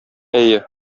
әйе